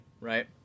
right